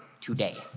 today